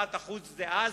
שרת החוץ דאז,